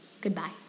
Goodbye